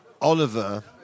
Oliver